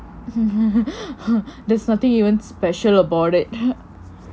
there's nothing special about it